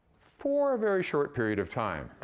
for a very short period of time,